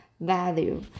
value